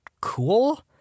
Cool